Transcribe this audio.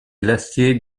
glacier